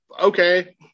Okay